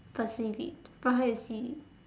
perceive it from how you see it